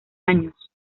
años